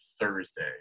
Thursday